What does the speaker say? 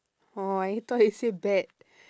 oh I thought you say bad